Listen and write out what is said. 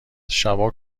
شبا